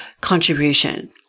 contribution